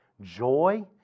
Joy